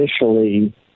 initially